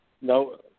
no